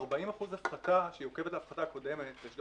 40% הפחתה שעוקבת להפחתה הקודמת יש גם